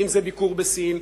אם זה ביקור בסין,